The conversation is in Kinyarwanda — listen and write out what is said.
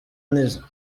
nizzo